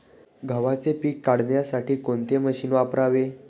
गव्हाचे पीक काढण्यासाठी कोणते मशीन वापरावे?